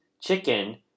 Chicken